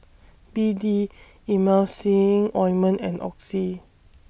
B D Emulsying Ointment and Oxy